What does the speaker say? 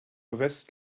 vest